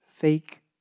Fake